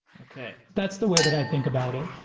okay. that's the way that i think about it.